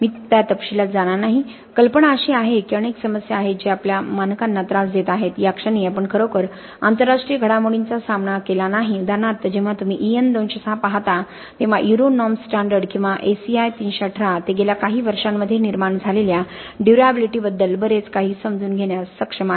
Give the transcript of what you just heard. मी तपशिलात जाणार नाही कल्पना अशी आहे की अनेक समस्या आहेत जे आमच्या मानकांना त्रास देत आहेत या क्षणी आपण खरोखर आंतरराष्ट्रीय घडामोडींचा सामना केला नाही उदाहरणार्थ जेव्हा तुम्ही EN 206 पहाता तेव्हा युरो नॉर्म स्टँडर्ड किंवा ACI 318 ते गेल्या काही वर्षांमध्ये निर्माण झालेल्या ड्युर्याबिलिटीबद्दल बरेच काही समजून घेण्यास सक्षम आहेत